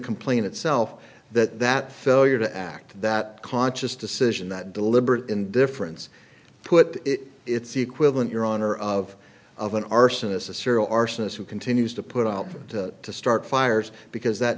complaint itself that that failure to act that conscious decision that deliberate indifference put it it's the equivalent your honor of of an arsonist a serial arsonist who continues to put out to start fires because that